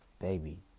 Baby